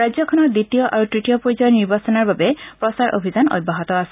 ৰাজ্যখনত দ্বিতীয় আৰু তৃতীয় পৰ্যায়ৰ নিৰ্বাচনৰ বাবে প্ৰচাৰ অভিযান অব্যাহত আছে